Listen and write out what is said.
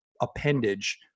appendage